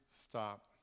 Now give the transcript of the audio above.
stop